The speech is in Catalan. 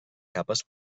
capes